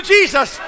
Jesus